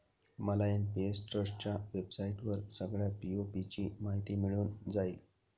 मला एन.पी.एस ट्रस्टच्या वेबसाईटवर सगळ्या पी.ओ.पी ची माहिती मिळून जाईल